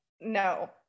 No